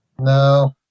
No